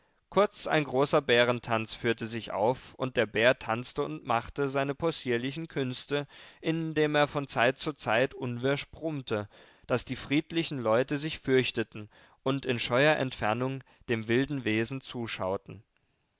kurz ein ganzer bärentanz führte sich auf und der bär tanzte und machte seine possierlichen künste indem er von zeit zu zeit unwirsch brummte daß die friedlichen leute sich fürchteten und in scheuer entfernung dem wilden wesen zuschauten